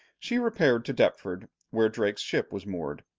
she repaired to deptford where drake's ship was moored,